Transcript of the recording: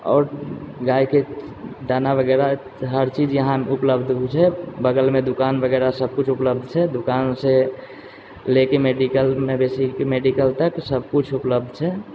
आओर गायके दाना वगैरह हर चीज यहाँ उपलब्ध होइ छै बगलमे दोकान वगैरह सब कुछ उपलब्ध छै दोकानसँ लऽ कऽ मेडिकल मवेशी मेडिकल तक सब कुछ उपलब्ध छै